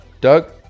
Doug